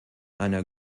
einer